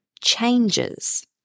changes